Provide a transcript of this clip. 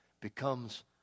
becomes